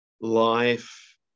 life